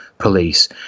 police